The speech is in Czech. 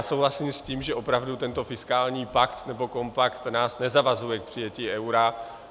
Souhlasím s tím, že opravdu tento fiskální pakt nebo kompakt nás nezavazuje k přijetí eura.